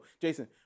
Jason